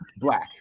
black